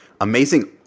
amazing